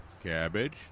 Cabbage